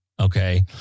Okay